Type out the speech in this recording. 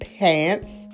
Pants